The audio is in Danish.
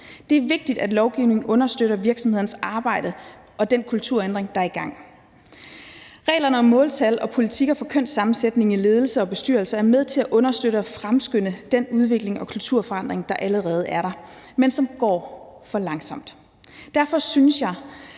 Det er vigtigt, at lovgivningen understøtter virksomhedernes arbejde og den kulturændring, der er i gang. Reglerne om måltal og politikker for kønssammensætningen i ledelser og bestyrelser er med til at understøtte og fremskynde den udvikling og kulturforandring, der allerede er der, men som går for langsomt. Derfor synes jeg,